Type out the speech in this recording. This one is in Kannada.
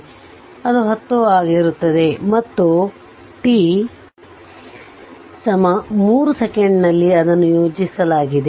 ಆದ್ದರಿಂದ ಅದು 10 ಆಗಿರುತ್ತದೆ ಮತ್ತು t 3 ಸೆಕೆಂಡಿನಲ್ಲಿ ಅದನ್ನು ಯೋಜಿಸಲಾಗಿದೆ